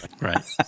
Right